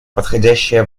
подходящее